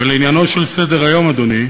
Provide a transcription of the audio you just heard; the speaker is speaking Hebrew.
ולעניינו של סדר-היום, אדוני,